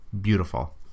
Beautiful